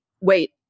wait